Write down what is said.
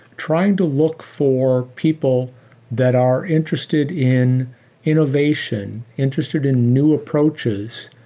trying to look for people that are interested in innovation, interested in new approaches,